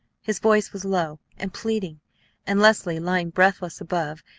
his voice was low and pleading and leslie, lying breathless above,